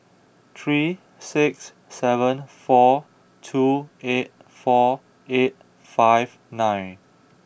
three six seven four two eight four eight five nine